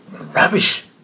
Rubbish